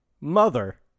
Mother